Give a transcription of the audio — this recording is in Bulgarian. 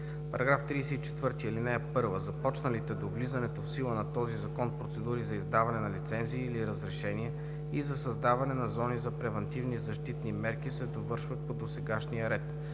става § 34: „§ 34. (1) Започналите до влизането в сила на този закон процедури за издаване на лицензи или разрешения и за създаване на зони за превантивни защитни мерки се довършват по досегашния ред.